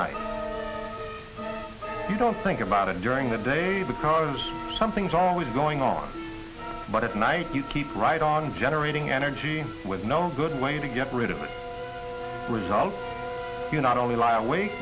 night you don't think about it during the day because something's always going on but at night you keep right on generating energy with no good way to get rid of it result you not only lie awake